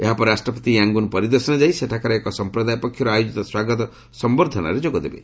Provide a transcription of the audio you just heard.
ଏହାପରେ ରାଷ୍ଟ୍ରପତି ୟାଙ୍ଗୁନ ପରିଦର୍ଶନରେ ଯାଇ ସେଠାକାର ଏକ ସଂପ୍ରଦାୟ ପକ୍ଷରୁ ଆୟୋଜିତ ସ୍ୱାଗତ ସମ୍ଭର୍ଦ୍ଧନାରେ ଯୋଗଦେବେ